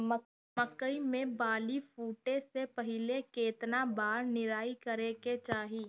मकई मे बाली फूटे से पहिले केतना बार निराई करे के चाही?